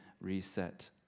reset